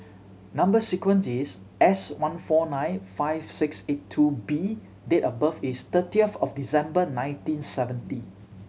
number sequence is S one four nine five six eight two B date of birth is thirtieth of December nineteen seventy